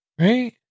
right